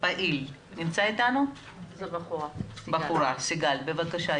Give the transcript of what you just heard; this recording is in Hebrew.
והכל מאוד מבולבל.